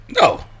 No